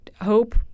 hope